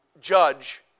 judge